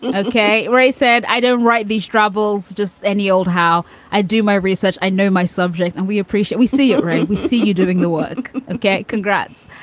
and ok? i said, i don't write these troubles just any old how i do my research. i know my subjects and we appreciate we see it, right. we see you doing the work. ok, congrats.